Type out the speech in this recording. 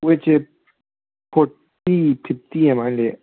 ꯋꯦꯠꯁꯦ forty fifty ꯑꯗꯨꯃꯥꯏꯅ ꯂꯩꯌꯦ